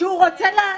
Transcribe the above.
כשהוא רוצה להגיב?